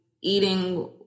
eating